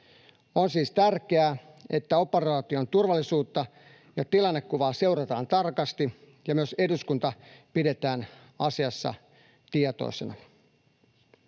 On siis tärkeää, että operaation turvallisuutta ja tilannekuvaa seurataan tarkasti ja myös eduskunta pidetään asiassa tietoisena.